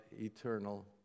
eternal